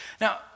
Now